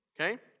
okay